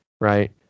right